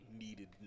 needed